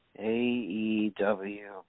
AEW